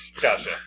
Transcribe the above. gotcha